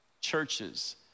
churches